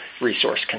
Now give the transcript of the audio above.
resource